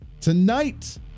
tonight